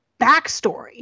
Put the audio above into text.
backstory